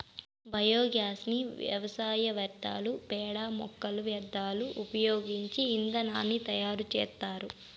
biogas ని వ్యవసాయ వ్యర్థాలు, పేడ, మొక్కల వ్యర్థాలను ఉపయోగించి ఇంధనాన్ని తయారు చేత్తారు